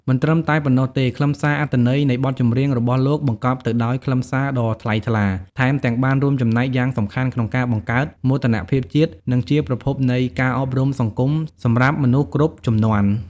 មិនត្រឹមតែប៉ុណ្ណោះទេ ខ្លឹមសារអត្ថន័នៃបទចម្រៀងរបស់លោកបង្កប់ទៅដោយខ្លឹមសារដ៏ថ្លៃថ្លា ថែមទាំងបានរួមចំណែកយ៉ាងសំខាន់ក្នុងការបង្កើត មោទនភាពជាតិ និងជាប្រភពនៃ ការអប់រំសង្គម សម្រាប់មនុស្សគ្រប់ជំនាន់ ។